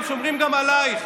הם שומרים גם עלייך.